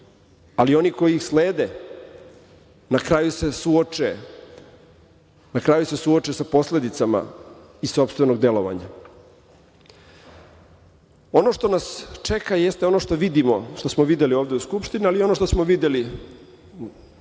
Ali, oni koji ih slede, na kraju se suoče sa posledicama iz sopstvenog delovanja. Ono što nas čeka jeste ono što vidimo, što smo videli ovde u Skupštini, ali i ono što smo videli na